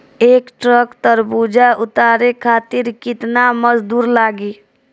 एक ट्रक तरबूजा उतारे खातीर कितना मजदुर लागी?